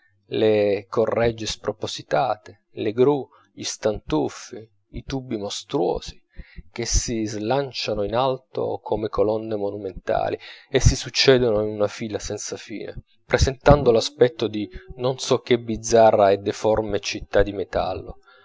le correggie spropositate le gru gli stantuffi i tubi mostruosi che si slanciano in alto come colonne monumentali e si succedono in una fila senza fine presentando l'aspetto di non so che bizzarra e deforme città di metallo